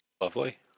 Lovely